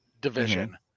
division